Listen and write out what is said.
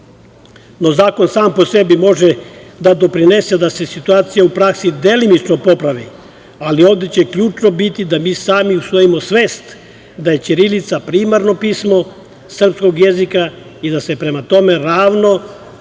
No, zakon sam po sebi može da doprinese da se situacija u praksi delimično popravi, ali ovde će ključno biti da mi sami usvojimo svest da je ćirilica primarno pismo srpskog jezika i da se prema tome ravnamo,